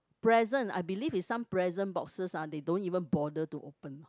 present I believe is some present boxes ah they don't even bother to open ah